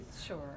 Sure